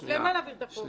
אז למה להעביר את החוק.